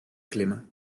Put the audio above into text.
klimmen